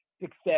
success